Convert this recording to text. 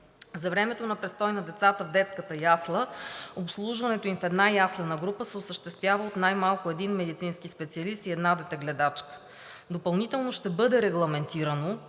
„За времето на престой на децата в детската ясла обслужването им в една яслена група се осъществява от най-малко един медицински специалист и една детегледачка.“ Допълнително ще бъде регламентирано,